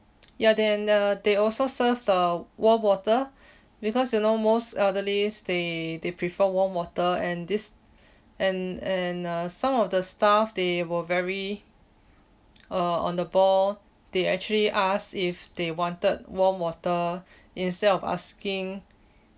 ya then uh they also serve the warm water because you know most elderlies they they prefer warm water and this and and uh some of the staff they were very uh on the ball they actually asked if they wanted warm water instead of asking